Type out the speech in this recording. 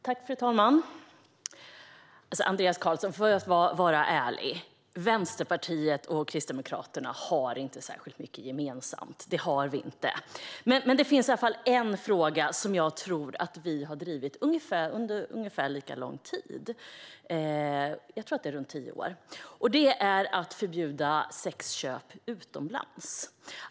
Fru talman! Om vi ska vara ärliga, Andreas Carlson, har Vänsterpartiet och Kristdemokraterna inte särskilt mycket gemensamt; det har vi inte. Men det finns en fråga som vi har drivit i ungefär lika lång tid - det är nog i runt tio år - och det är att förbjuda sexköp utomlands.